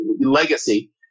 legacy